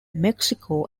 mexico